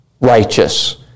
righteous